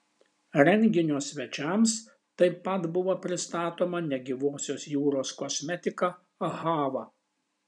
renginio svečiams taip pat buvo pristatoma negyvosios jūros kosmetika ahava